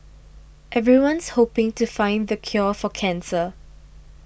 everyone's hoping to find the cure for cancer